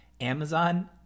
Amazon